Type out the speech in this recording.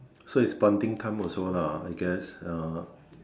so it's bonding time also lah I guess uh